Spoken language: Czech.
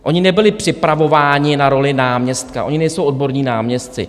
Oni nebyli připravováni na roli náměstka, oni nejsou odborní náměstci.